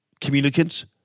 communicants